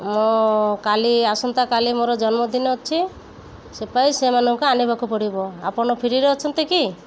ମୁଁ କାଲି ଆସନ୍ତା କାଲି ମୋର ଜନ୍ମଦିନ ଅଛି ସେଥିପାଇଁ ସେମାନଙ୍କୁ ଆଣିବାକୁ ପଡ଼ିବ ଆପଣ ଫ୍ରିରେ ଅଛନ୍ତି କି